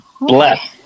Bless